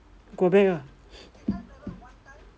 go back lah